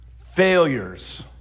failures